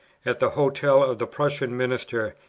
at the hotel of the prussian minister,